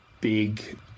big